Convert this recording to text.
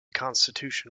constitution